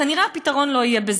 כנראה הפתרון לא יהיה בזה.